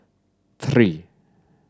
three